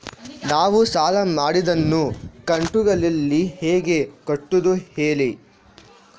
ನಾವು ಸಾಲ ಮಾಡಿದನ್ನು ಕಂತುಗಳಲ್ಲಿ ಹೇಗೆ ಕಟ್ಟುದು ಹೇಳಿ